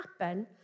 happen